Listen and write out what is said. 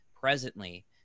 presently